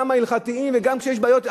גם ההלכתיים וגם כשיש בעיות,